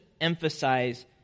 emphasize